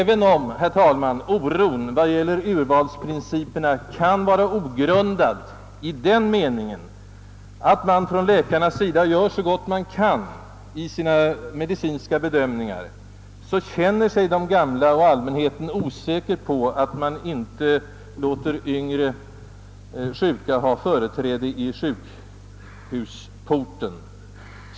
Även om, herr talman, oron beträffande urvalsprinciperna kan vara ogrundad så till vida som läkarna gör så gott de kan utifrån sina medicinska bedömningar, råder det osäkerhet bland de gamla och bland allmänheten om inte t.ex. yngre sjuka ges företräde vid sjukhusporten.